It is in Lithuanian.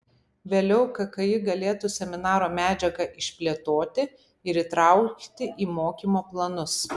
vėliau kki galėtų seminaro medžiagą išplėtoti ir įtraukti į mokymo planus